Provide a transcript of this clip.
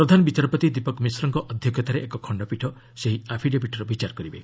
ପ୍ରଧାନ ବିଚାରପତି ଦୀପକ୍ ମିଶ୍ରଙ୍କ ଅଧ୍ୟକ୍ଷତାରେ ଏକ ଖଶ୍ଚପୀଠ ଏହି ଆଫିଡେଭିଟ୍ର ବିଚାର କରିବେ